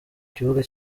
kibuga